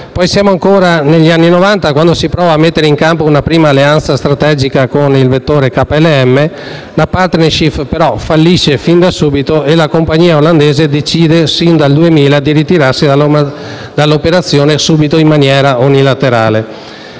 Siamo ancora negli anni Novanta quando si prova a mettere in campo una prima alleanza strategica con il vettore KLM. La *partnership* però fallisce e la compagnia olandese decide nel 2000 di ritirarsi subito dall'operazione in maniera unilaterale.